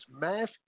mass